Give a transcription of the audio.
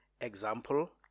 example